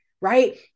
Right